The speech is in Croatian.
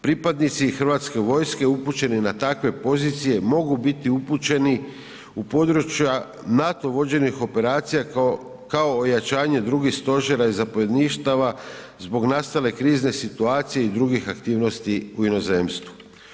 Pripadnici Hrvatske vojske upućeni na takve pozicije mogu biti upućeni u područja NATO vođenih operacija kao ojačanje drugih stožera i zapovjedništava zbog nastale krizne situacije i drugih aktivnosti u inozemstvu.